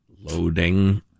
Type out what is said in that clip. loading